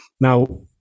now